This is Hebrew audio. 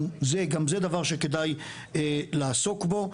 גם זה דבר שכדאי לעסוק בו.